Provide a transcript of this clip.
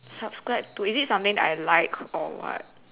subscribe to is it something that I like or what